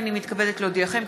הינני מתכבדת להודיעכם,